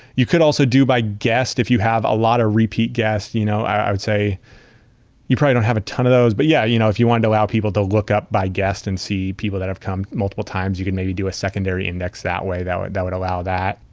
you could also do by guest if you have a lot of repeat guests. you know i would say you probably don't have a ton of those. but yeah, you know if you want to allow people to look up by guest and see people that have come multiple times, you could maybe do a secondary index that way that would that would allow that.